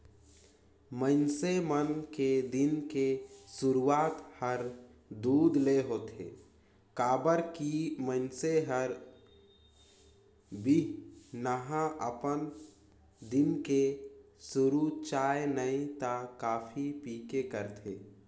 मइनसे मन के दिन के सुरूआत हर दूद ले होथे काबर की मइनसे हर बिहनहा अपन दिन के सुरू चाय नइ त कॉफी पीके करथे